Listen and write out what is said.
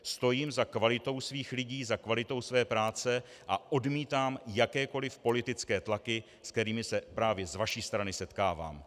Stojím za kvalitou svých lidí, za kvalitou své práce a odmítám jakékoli politické tlaky, se kterými se právě z vaší strany setkávám.